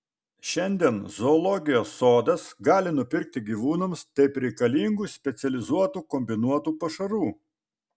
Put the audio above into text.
šiandien zoologijos sodas gali nupirkti gyvūnams taip reikalingų specializuotų kombinuotų pašarų